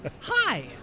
Hi